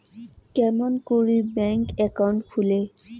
কেমন করি bank account খুলে?